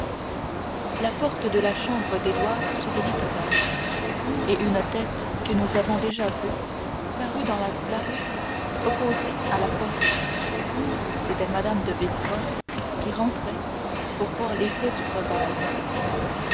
la porte de la chambre d'édouard s'ouvrit alors et une tête que nous avons déjà vue parut dans la glace opposée à la porte c'était mme de villefort qui rentrait pour voir l'effet du breuvage